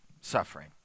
suffering